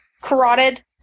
carotid